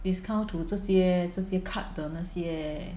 discount through 这些这些 card 的那些